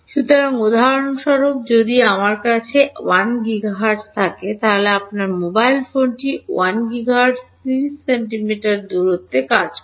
সুতরাং উদাহরণস্বরূপ যদি আমার কাছে 1 গিগা হার্টজ থাকে আপনার মোবাইল ফোনটি 1 গিগাহার্টজ 30 সেন্টিমিটারে কাজ করে